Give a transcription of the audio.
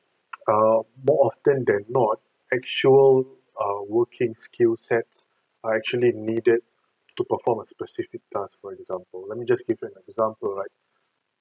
err more often than not actual err working skill sets are actually needed to perform a specific task for example let me just give you an example right